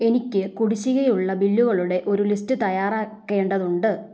എനിക്ക് കുടിശ്ശികയുള്ള ബില്ലുകളുടെ ഒരു ലിസ്റ്റ് തയ്യാറാക്കേണ്ടതുണ്ട്